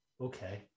Okay